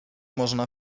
można